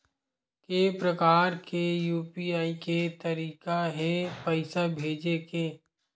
के प्रकार के यू.पी.आई के तरीका हे पईसा भेजे के?